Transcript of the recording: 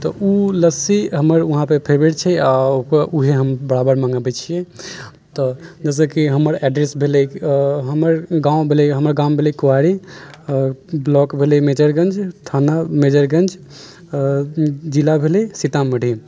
तऽ ओ लस्सी हमर वहाँ पे फेवरेट छै आ ओकर ओहे हम बराबर मंगबैत छियै तऽ जैसेकि हमर एड्रेस भेलै हमर गाँव भेलै कुआरी आओर ब्लाक भेलै मेजरगञ्ज थाना मेजरगञ्ज आ जिला भेलै सीतामढ़ी